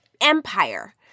empire